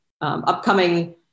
upcoming